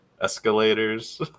Escalators